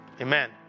amen